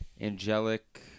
angelic